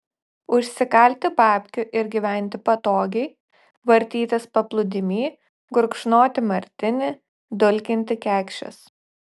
užsikalti babkių ir gyventi patogiai vartytis paplūdimy gurkšnoti martinį dulkinti kekšes